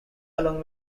along